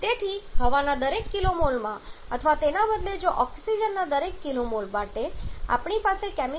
તેથી હવાના દરેક kmol માં અથવા તેના બદલે જો ઓક્સિજનના દરેક kmol માટે આપણી પાસે કેમિકલ પ્રતિક્રિયામાં 3